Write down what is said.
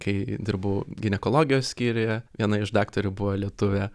kai dirbau ginekologijos skyriuje viena iš daktarių buvo lietuvė